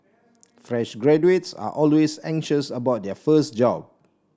fresh graduates are always anxious about their first job